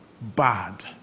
bad